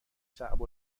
صعب